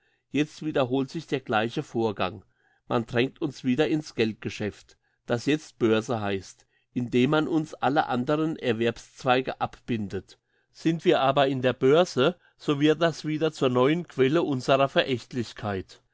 jetzt wiederholt sich der gleiche vorgang man drängt uns wieder in's geldgeschäft das jetzt börse heisst indem man uns alle anderen erwerbszweige abbindet sind wir aber in der börse so wird das wieder zur neuen quelle unserer